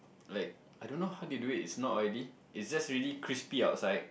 like I don't know how they do it it's not oily it's just really crispy outside